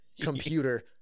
computer